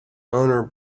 owner